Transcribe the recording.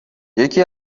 یکی